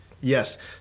Yes